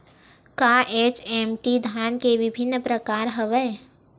का एच.एम.टी धान के विभिन्र प्रकार हवय?